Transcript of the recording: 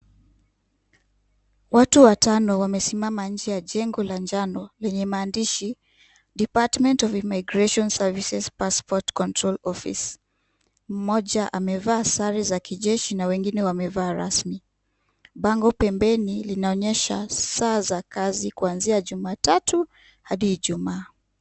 Watu watano wamesimama nje ya jengo la njano lenye maandishi Department of Immigration Services Passport Control Office. Mmoja amevaa sare za kijeshi na wengine wamevaa rasmi. Bango pembeni linaonyesha saa za kazi kuanzia Jumatatu hadi Ijumaa.